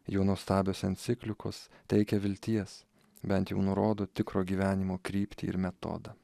jo nuostabios enciklikos teikia vilties bent jau nurodo tikro gyvenimo kryptį ir metodą